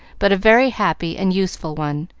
but a very happy and useful one,